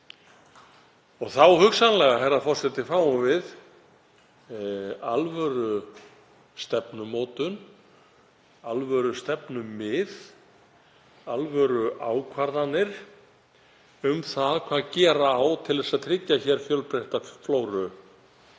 alla. Hugsanlega, herra forseti, fáum við þá alvörustefnumótun, alvörustefnumið, alvöruákvarðanir um það hvað á að gera til að tryggja hér fjölbreytta flóru